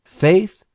Faith